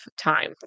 time